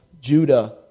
Judah